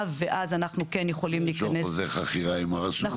ואז אנחנו כן יכולים להיכנס --- חוזה חכירה עם הרשות.